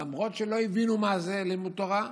למרות שלא הבינו מה זה לימוד תורה,